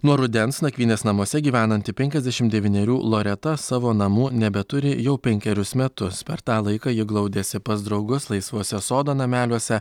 nuo rudens nakvynės namuose gyvenanti penkiasdešim devynerių loreta savo namų nebeturi jau penkerius metus per tą laiką ji glaudėsi pas draugus laisvuose sodo nameliuose